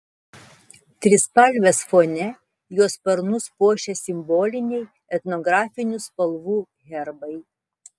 trispalvės fone jo sparnus puošia simboliniai etnografinių spalvų herbai